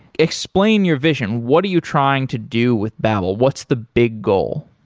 explain your vision. what are you trying to do with babel? what's the big goal?